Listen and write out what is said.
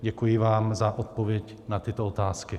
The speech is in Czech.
Děkuji vám za odpověď na tyto otázky.